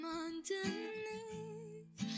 underneath